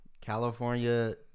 California